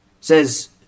says